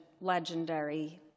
legendary